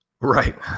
right